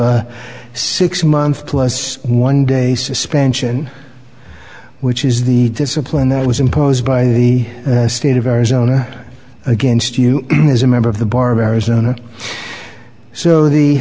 a six month plus one day suspension which is the discipline that was imposed by the state of arizona against you as a member of the barbera zone so the